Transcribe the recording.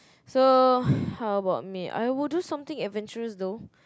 so how about me I will do something adventurous though